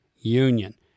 union